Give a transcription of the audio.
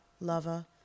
lover